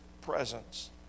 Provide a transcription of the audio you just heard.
presence